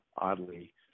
oddly